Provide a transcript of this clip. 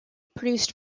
produced